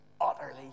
utterly